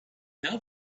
now